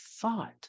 thought